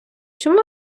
чому